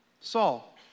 Saul